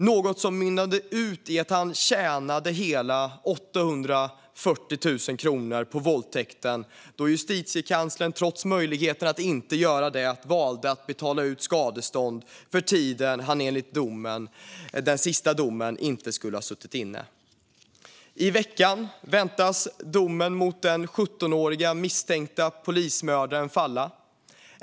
Det hela mynnade ut i att han tjänade 840 000 kronor på våldtäkten då justitiekanslern, trots möjlighet att inte göra så, valde att betala ut skadestånd för den tid han enligt den sista domen inte skulle ha suttit inne. I veckan väntas domen falla mot den 17-åriga misstänkta polismördaren.